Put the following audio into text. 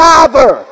Father